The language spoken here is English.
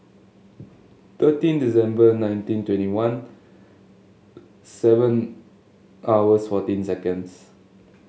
thirteen December nineteen twenty one seven hours fourteen seconds